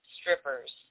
strippers